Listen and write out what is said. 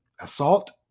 assault